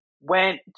went